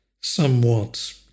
somewhat